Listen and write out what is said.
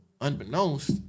unbeknownst